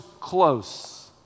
close